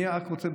אני רק רוצה,